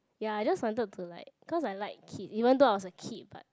ya I just wanted to like cause I like kid even though I was a kid but